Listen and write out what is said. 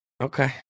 Okay